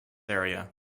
area